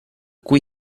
cui